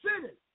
cities